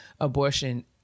abortion